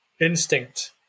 instinct